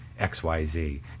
XYZ